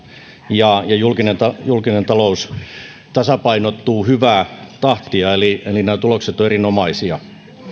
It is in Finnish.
ja ja julkinen talous tasapainottuu hyvää tahtia eli eli nämä tulokset ovat erinomaisia